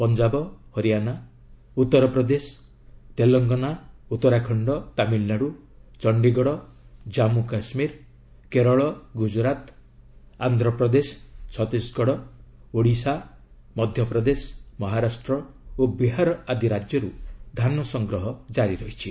ପଞ୍ଜାବ ହରିୟାଣା ଉତ୍ତର ପ୍ରଦେଶ ତେଲଙ୍ଗାନା ଉତ୍ତରାଖଣ୍ଡ ତାମିଲ୍ନାଡୁ ଚଣ୍ଡୀଗଡ଼ ଜାମ୍ମୁ କାଶ୍କୀର କେରଳ ଗୁଜୁରାତ୍ ଆନ୍ଧ୍ରପ୍ରଦେଶ ଛତିଶଗଡ଼ ଓଡ଼ିଶା ମଧ୍ୟପ୍ରଦେଶ ମହରାଷ୍ଟ୍ର ଓ ବିହାର ଆଦି ରାଜ୍ୟରୁ ଧାନ ସଂଗ୍ରହ କାରି ରହିଛି